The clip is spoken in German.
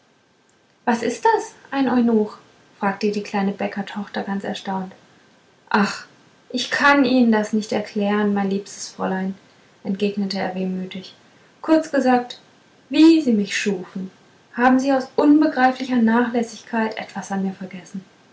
was ist das ein eunuch fragte die kleine bäckertochter ganz erstaunt ach ich kann ihnen das nicht erklären mein liebstes fräulein entgegnete er wehmütig kurz gesagt wie sie mich schufen haben sie aus unbegreiflicher nachlässigkeit etwas an mir vergessen